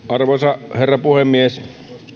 arvoisa herra puhemies